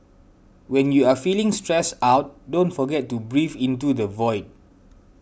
when you are feeling stressed out don't forget to breathe into the void